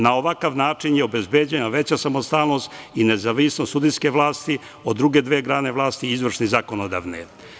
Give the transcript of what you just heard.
Na ovakav način je obezbeđena veća samostalnost i nezavisnost sudijske vlasti od druge dve grane vlasti, izvršne i zakonodavne.